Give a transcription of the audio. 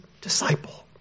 disciple